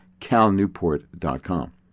calnewport.com